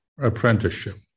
apprenticeship